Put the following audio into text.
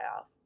off